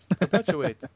Perpetuate